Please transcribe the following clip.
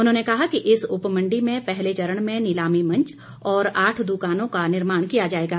उन्होंने कहा कि इस उपमंडी में पहले चरण में नीलामी मंच और आठ द्कानों का निर्माण किया जाएगा